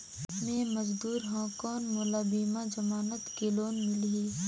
मे मजदूर हवं कौन मोला बिना जमानत के लोन मिलही?